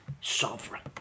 sovereign